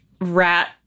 rat